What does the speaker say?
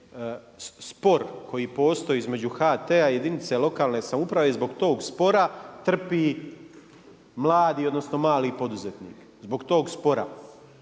spor koji postoji između HT-a i jedinice lokalne samouprave i zbog tog spora trpi mladi, odnosno mali poduzetnik, zbog tog spora.